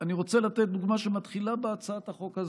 אני רוצה לתת דוגמה שמתחילה בהצעת החוק הזו: